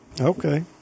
Okay